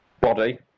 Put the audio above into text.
body